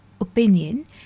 opinion